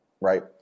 right